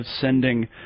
sending